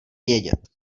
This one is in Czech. vědět